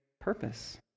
purpose